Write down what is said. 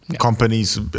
companies